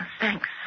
Thanks